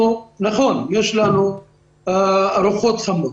נכון, יש לנו ארוחות חמות,